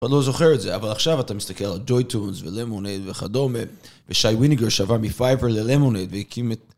אבל לא זוכר את זה, אבל עכשיו אתה מסתכל על ג'וי טונס ולמונד וכדומה ושי ויניגר שעבר מפייבר ללמונד והקים את...